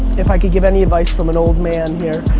if i could give any advice from an old man here,